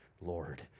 Lord